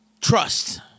trust